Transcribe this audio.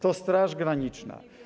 To Straż Graniczna.